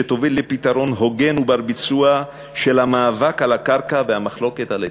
שתוביל לפתרון הוגן ובר-ביצוע של המאבק על הקרקע והמחלוקת על ההתיישבות.